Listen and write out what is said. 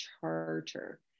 Charter